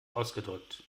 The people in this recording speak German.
ausgedrückt